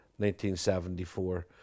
1974